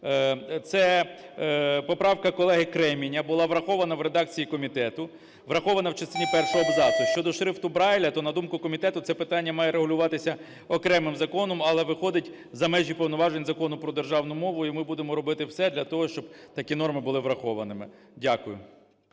Це поправка колеги Кременя була врахована в редакції комітету. Врахована в частині першого абзацу. Щодо шрифту Брайля, то, на думку комітету, це питання має регулюватися окремим законом, але виходить за межі повноважень Закону про державну мову. І ми будемо робити все для того, щоб такі норми були врахованими. Дякую.